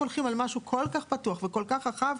כל כך פתוח וכל כך רחב,